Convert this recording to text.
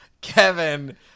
Kevin